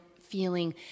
feeling